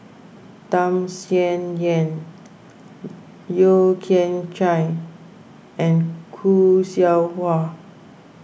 Tham Sien Yen Yeo Kian Chai and Khoo Seow Hwa